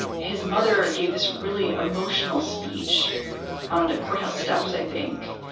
his mother gave this really emotional speech on the courthouse steps, i think,